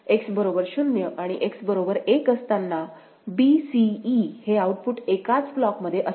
X बरोबर 0 आणि X बरोबर 1 असताना b c e हे आउटपुट एकाच ब्लॉक मध्ये असेल